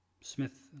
Smith